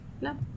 No